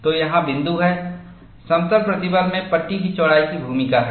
तो यहाँ बिंदु है समतल प्रतिबल में पट्टी की चौड़ाई की भूमिका है